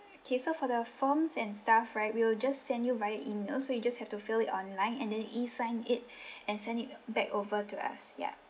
okay so for the forms and stuff right we'll just send you via email so you just have to fill it online and then E sign it and send it back over to us ya